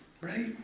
Right